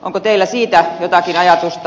onko teillä siitä jotakin ajatusta